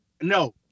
No